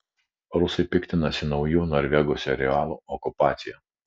rusai piktinasi nauju norvegų serialu okupacija